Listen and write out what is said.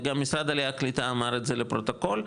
וגם משרד העלייה והקליטה אמר את זה לפרוטוקול,